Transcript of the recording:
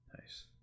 Nice